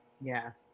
Yes